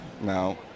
No